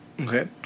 Okay